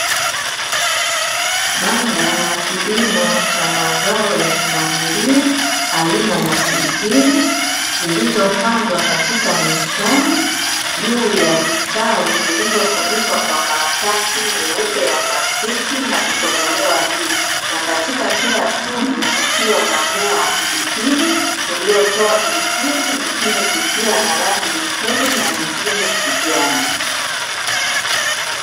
Banda la kilimo cha mazao ya kumwagilia aina ya pilipili, zilizopandwa katika mistari juu ya vitalu vilivyofunikwa kwa karatasi nyeupe ya plastiki na kutobolewa juu, na katika kila tundu kukiwa na mmea wa pilipili uliotoa pilipili, nyingine zikiwa na rangi nyekundu na nyingine kijani.